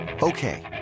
Okay